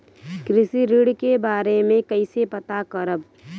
कृषि ऋण के बारे मे कइसे पता करब?